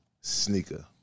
sneaker